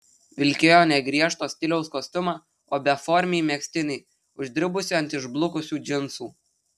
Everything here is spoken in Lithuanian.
vilkėjo ne griežto stiliaus kostiumą o beformį megztinį uždribusį ant išblukusių džinsų